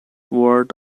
ward